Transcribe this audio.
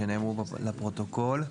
שנאמרו, לפרוטוקול.